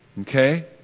Okay